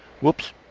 Whoops